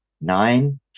nine